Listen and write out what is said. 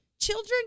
Children